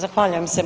Zahvaljujem se.